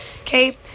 okay